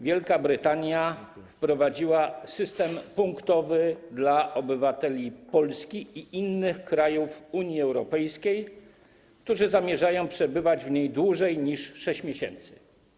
Wielka Brytania wprowadziła system punktowy dla obywateli Polski i innych krajów Unii Europejskiej, którzy zamierzają przebywać w niej dłużej niż 6 miesięcy.